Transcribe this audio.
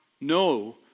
no